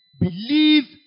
Believe